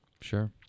Sure